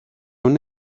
una